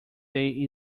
day